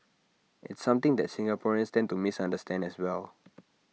it's something that Singaporeans tend to misunderstand as well